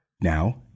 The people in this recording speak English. Now